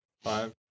Five